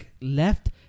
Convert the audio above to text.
Left